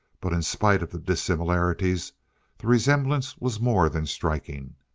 but in spite of the dissimilarities the resemblance was more than striking.